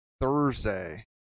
Thursday